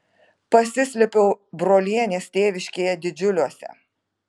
pasislėpiau brolienės tėviškėje didžiuliuose